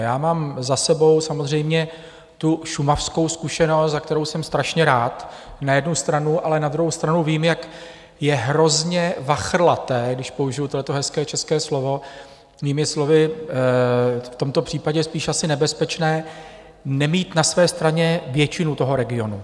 Já mám za sebou samozřejmě tu šumavskou zkušenost, za kterou jsem strašně rád na jednu stranu, ale na druhou stranu vím, jak je hrozně vachrlaté, když použiji tohle hezké české slovo, jinými slovy, v tomto případě spíše asi nebezpečné nemít na své straně většinu toho regionu.